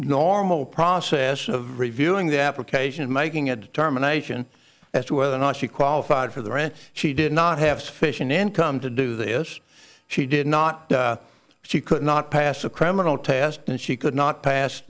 normal process of reviewing the application and making a determination as to whether or not she qualified for the ranch she did not have sufficient income to do this she did not she could not pass a criminal test and she could not pass